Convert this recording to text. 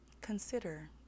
Consider